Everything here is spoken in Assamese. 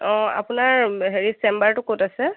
অঁ আপোনাৰ হেৰি চেম্বাৰটো ক'ত আছে